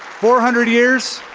four hundred years